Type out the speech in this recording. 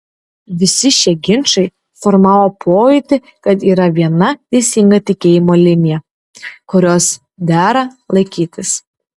visi šie ginčai formavo pojūtį kad yra viena teisinga tikėjimo linija kurios dera laikytis